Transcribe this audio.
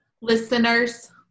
listeners